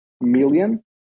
million